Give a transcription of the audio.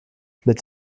mit